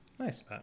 Nice